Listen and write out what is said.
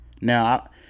Now